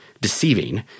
deceiving